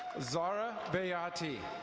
zara bayati.